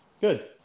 Good